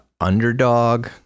underdog